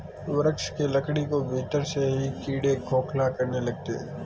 वृक्ष के लकड़ी को भीतर से ही कीड़े खोखला करने लगते हैं